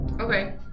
Okay